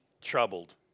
troubled